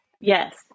yes